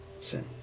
sin